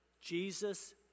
Jesus